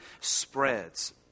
spreads